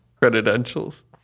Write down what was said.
Credentials